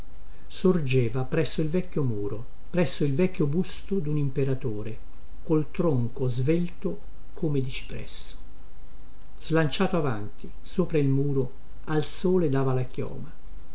sorgeva presso il vecchio muro presso il vecchio busto dun imperatore col tronco svelto come di cipresso slanciato avanti sopra il muro al sole dava la chioma